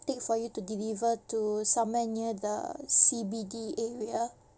take for you to deliver to somewhere near the C B D area